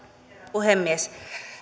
puhemies